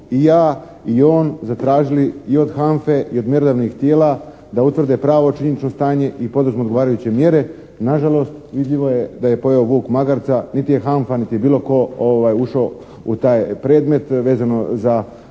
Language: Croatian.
i ja i on zatražili i od HANFA-e i od mjerodavnih tijela da utvrde pravo činjenično stanje i poduzmu odgovarajuće mjere. Na žalost, vidljivo je da je pojeo vuk magarca. Niti je HANFA niti je bilo tko ušao u taj predmet vezano za slučaj